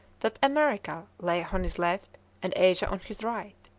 that america lay on his left and asia on his right.